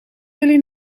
jullie